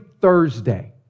Thursday